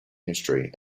history